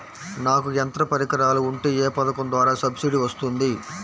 నాకు యంత్ర పరికరాలు ఉంటే ఏ పథకం ద్వారా సబ్సిడీ వస్తుంది?